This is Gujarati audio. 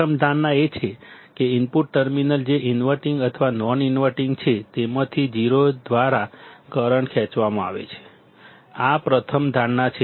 પ્રથમ ધારણા એ છે કે ઇનપુટ ટર્મિનલ જે ઇનવર્ટિંગ અથવા નોન ઇન્વર્ટીંગ છે તેમાંથી 0 દ્વારા કરંટ ખેંચવામાં આવે છે આ પ્રથમ ધારણા છે